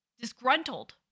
disgruntled